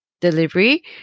delivery